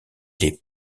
les